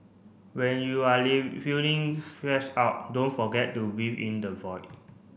when you are feeling stress out don't forget to breathe in the void